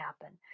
happen